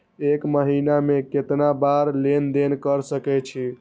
एक महीना में केतना बार लेन देन कर सके छी?